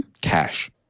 cash